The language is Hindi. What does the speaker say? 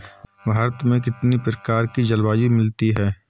भारत में कितनी प्रकार की जलवायु मिलती है?